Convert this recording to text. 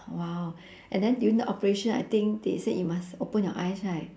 !wow! and then during the operation I think they said you must open your eyes right